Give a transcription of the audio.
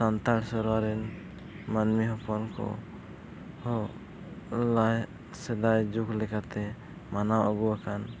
ᱥᱟᱱᱛᱟᱲ ᱥᱮᱨᱚᱣᱟ ᱨᱮᱱ ᱢᱟᱹᱱᱢᱤ ᱦᱚᱯᱚᱱ ᱠᱚᱦᱚᱸ ᱞᱟᱭ ᱥᱮᱫᱟᱭ ᱡᱩᱜᱽ ᱞᱮᱠᱟᱛᱮ ᱢᱟᱱᱟᱣ ᱟᱹᱜᱩ ᱟᱠᱟᱱ